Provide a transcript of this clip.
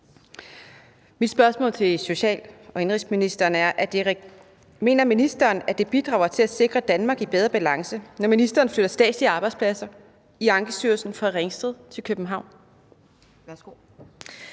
Mit spørgsmål til social- og indenrigsministeren er: Mener ministeren, at det bidrager til at sikre et Danmark i bedre balance, når ministeren flytter statslige arbejdspladser i Ankestyrelsen fra Ringsted til København?